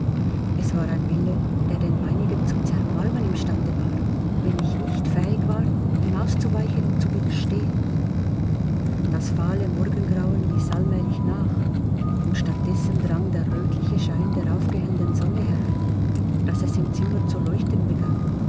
es war ein wille der den meinigen zu zermalmen im stande war wenn ich nicht fähig war ihm auszuweichen und zu widerstehen das fahle morgengrauen ließ allmählich nach und statt dessen drang der rötliche schein der aufgehenden sonne herein daß es im zimmer zu leuchten begann